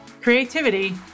creativity